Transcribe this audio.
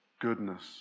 goodness